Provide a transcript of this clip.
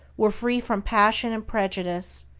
were free from passion and prejudice,